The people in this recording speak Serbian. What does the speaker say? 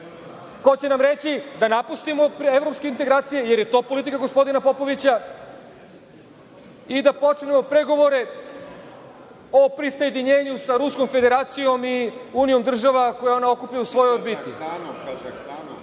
ko će nam reći da napustimo evropske integracije jer je to politika gospodina Popovića i da počnemo pregovore o prisajedinjenju sa Ruskom Federacijom i unijom država koje ona okuplja u svojoj orbiti.